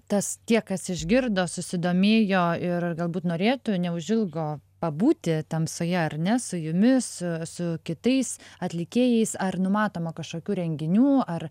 tas tie kas išgirdo susidomėjo ir galbūt norėtų neužilgo pabūti tamsoje ar ne su jumis su kitais atlikėjais ar numatoma kažkokių renginių ar